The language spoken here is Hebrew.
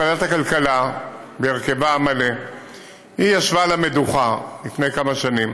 ועדת הכלכלה ישבה בהרכבה המלא על המדוכה לפני כמה שנים,